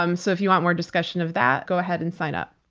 um so if you want more discussion of that, go ahead and sign up.